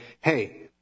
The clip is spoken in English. hey